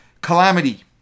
calamity